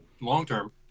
long-term